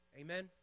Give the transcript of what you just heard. Amen